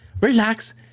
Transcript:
relax